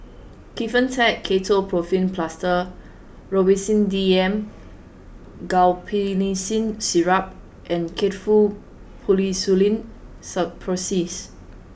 Kefentech Ketoprofen Plaster Robitussin D M Guaiphenesin Syrup and Faktu Policresulen Suppositories